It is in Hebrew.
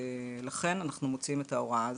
אנחנו מוציאים את ההוראה הזאת,